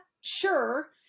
sure